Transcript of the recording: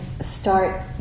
start